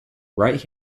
right